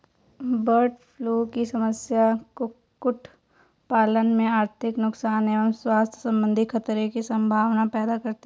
bird flu की समस्या कुक्कुट पालन में आर्थिक नुकसान एवं स्वास्थ्य सम्बन्धी खतरे की सम्भावना पैदा करती है